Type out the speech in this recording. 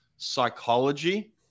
psychology